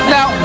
Now